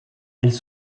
elles